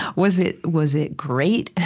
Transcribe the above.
was it was it great?